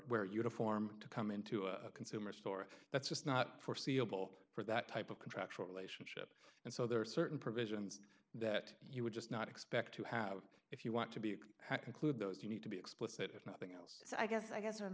wear uniform to come into a consumer store that's just not foreseeable for that type of contractual relationship and so there are certain provisions that you would just not expect to have if you want to be include those you need to be explicit if nothing else so i guess i guess